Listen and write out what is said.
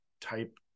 type